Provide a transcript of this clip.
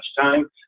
time